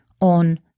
on